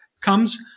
comes